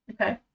Okay